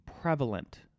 prevalent